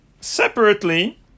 separately